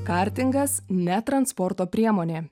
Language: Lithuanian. kartingas ne transporto priemonė